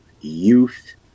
Youth